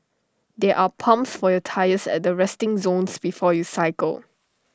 there are pumps for your tyres at the resting zone before you cycle